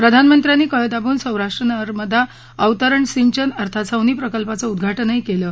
प्रधानमंत्र्यांनी कळ दाबून सौराष्ट्र नर्मदा अवतरण सिंचन अर्थात सौनी प्रकल्पाचं उद्घाटनही कलि